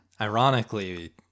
Ironically